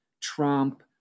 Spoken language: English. Trump